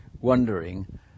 wondering